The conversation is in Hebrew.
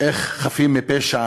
איך חפים מפשע